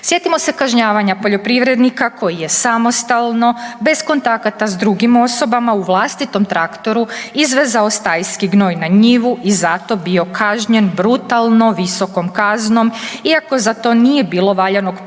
Sjetimo se kažnjavanja poljoprivrednika koji je samostalno bez kontakata s drugim osobama u vlastitom traktoru izvezao stajski gnoj na njivu i zato bio kažnjen brutalno visokom kaznom iako za to nije bilo valjanog propisa